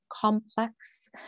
complex